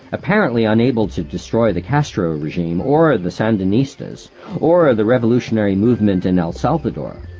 apparently unable to destroy the castro regime or or the sandinistas or or the revolutionary movement in el salvador,